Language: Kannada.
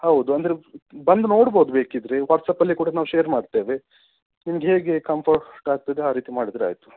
ಹೌದು ಅಂದರೆ ಬಂದು ನೋಡ್ಬೋದು ಬೇಕಿದ್ದರೆ ವಾಟ್ಸಾಪ್ಪಲ್ಲಿ ಕೂಡ ನಾವು ಶೇರ್ ಮಾಡ್ತೇವೆ ನಿಮ್ಗೆ ಹೇಗೆ ಕಂಫರ್ಟ್ ಆಗ್ತದೆ ಆ ರೀತಿ ಮಾಡಿದರೆ ಆಯಿತು